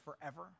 forever